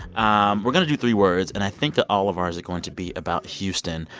um we're going to do three words. and i think that all of ours is going to be about houston.